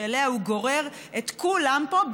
שאליה הוא גורר את כולם פה,